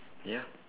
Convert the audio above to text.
ya